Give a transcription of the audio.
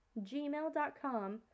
gmail.com